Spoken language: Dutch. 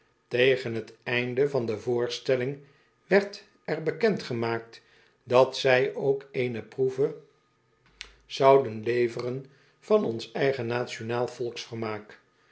tegen t einde van de voorstelling werd er bekend gemaakt dat zij ook eene proeve zouden leveren van ons eigen nationaal